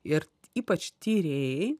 ir ypač tyrėjai